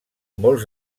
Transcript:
molt